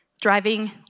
driving